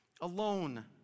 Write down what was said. alone